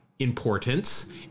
importance